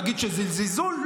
תגיד שזה זלזול?